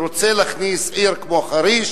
שרוצה להכניס עיר כמו חריש,